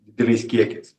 dideliais kiekiais